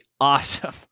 awesome